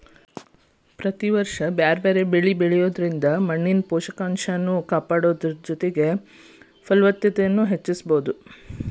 ಪ್ರತಿ ವರ್ಷ ಬ್ಯಾರ್ಬ್ಯಾರೇ ಬೇಲಿಗಳನ್ನ ಬೆಳಿಯೋದ್ರಿಂದ ಮಣ್ಣಿನ ಪೋಷಕಂಶಗಳನ್ನ ಕಾಪಾಡೋದರ ಜೊತೆಗೆ ಫಲವತ್ತತೆನು ಹೆಚ್ಚಿಸಬೋದು